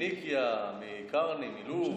מפיניקיה, מלוב.